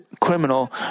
criminal